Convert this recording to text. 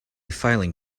filing